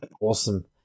Awesome